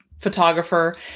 photographer